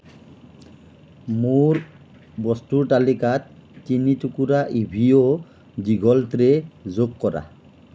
মোৰ বস্তুৰ তালিকাত তিনি টুকুৰা ইভিয়ো দীঘল ট্ৰে' যোগ কৰা